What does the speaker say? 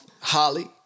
Holly